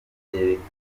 byerekana